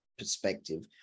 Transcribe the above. perspective